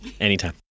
Anytime